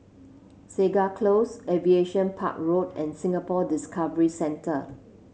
Segar Close Aviation Park Road and Singapore Discovery Centre